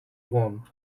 one